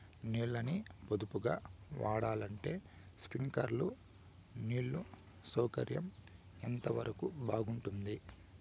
నీళ్ళ ని పొదుపుగా వాడాలంటే స్ప్రింక్లర్లు నీళ్లు సౌకర్యం ఎంతవరకు బాగుంటుంది?